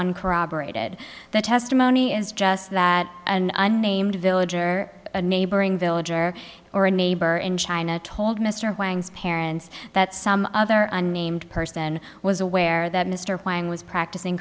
uncorroborated the testimony is just that an unnamed village or a neighboring village or or a neighbor in china told mr hwang's parents that some other unnamed person was aware that mr pyne was practicing